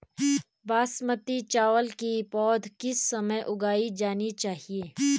बासमती चावल की पौध किस समय उगाई जानी चाहिये?